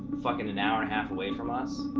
fuckin an hour and a half away from us,